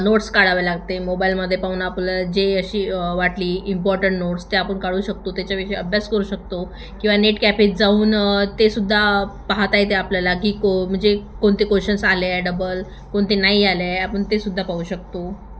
notes काढावे लागते मोबाईलमध्ये पाहून आपल्याला जे अशी वाटली इम्पॉर्टंट नोट्स ते आपण काढू शकतो त्याच्याविषयी अभ्यास करू शकतो किंवा नेट कॅपेत जाऊन ते सुद्धा पाहता येते आपल्याला की को म्हणजे कोणते क्वेशन्स आले आहे डबल कोणते नाही आले आहे आपण ते सुद्धा पाहू शकतो